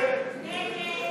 הצעת סיעת